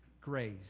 grace